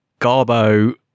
Garbo